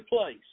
place